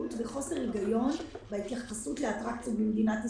וחוסר היגיון בהתייחסות לאטרקציות במדינת ישראל.